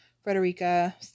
Frederica